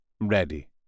ready